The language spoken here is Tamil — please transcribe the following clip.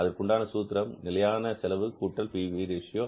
அதற்குண்டான சூத்திரம் நிலையான செலவு கூட்டல் பி வி ரேஷியோ